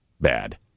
bad